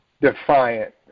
defiant